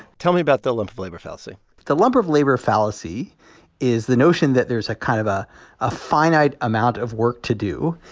tell me about the lump of labor fallacy the lump of labor fallacy is the notion that there's a kind of ah a finite amount of work to do,